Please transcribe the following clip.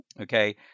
Okay